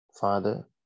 Father